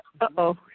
Uh-oh